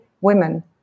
women